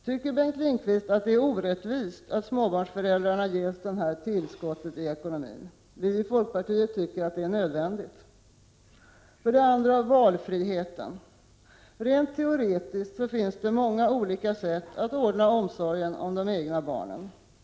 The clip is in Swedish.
Tycker Bengt Lindqvist att det är orättvist att småbarnsföräldrarna ges detta tillskott i ekonomin? Vi i folkpartiet tycker att det är nödvändigt. För det andra — valfriheten. Rent teoretiskt finns det många olika sätt att ordna omsorgen om de egna barnen.